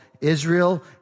Israel